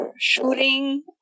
shooting